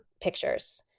pictures